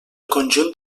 conjunt